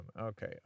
Okay